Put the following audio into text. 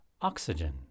Oxygen